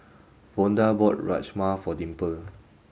Vonda bought Rajma for Dimple